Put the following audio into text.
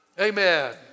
Amen